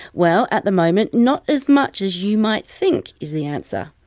well, at the moment, not as much as you might think, is the answer.